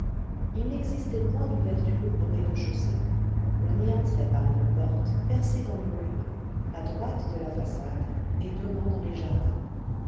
il n'existait point d'ouverture au rez-de-chaussée on y entrait par une porte percée dans le mur à droite de la façade et donnant dans les jardins